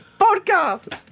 podcast